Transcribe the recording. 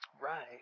Right